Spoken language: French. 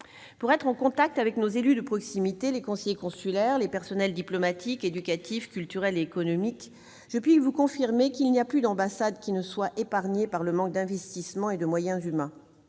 Pour être en contact avec nos élus de proximité, les conseillers consulaires, les personnels diplomatiques, éducatifs, culturels et économiques, je puis vous confirmer que plus aucune ambassade n'est épargnée par le manque d'investissement et de moyens humains.